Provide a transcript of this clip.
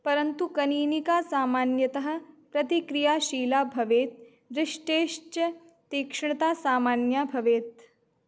परन्तु कनीनिका सामान्यतः प्रतिक्रियाशीला भवेत् दृष्टेश्च तीक्ष्णता सामान्या भवेत्